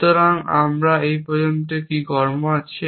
সুতরাং আমরা এ পর্যন্ত কি কর্ম আছে